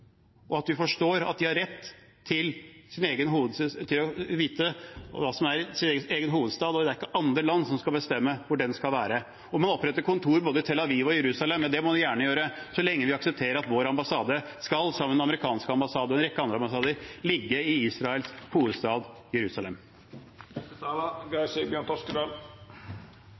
og at vi forstår at de har rett til å vite hva som er deres egen hovedstad. Det er ikke andre land som skal bestemme hvor den skal være. Om man oppretter kontor i både Tel Aviv og Jerusalem, må man gjerne gjøre det, så lenge vi aksepterer at vår ambassade, sammen med den amerikanske ambassaden og en rekke andre ambassader, skal ligge i Israels hovedstad, Jerusalem.